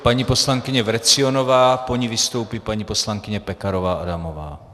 Paní poslankyně Vrecionová, po ní vystoupí paní poslankyně Pekarová Adamová.